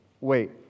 wait